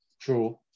true